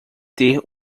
ter